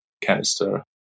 canister